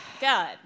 God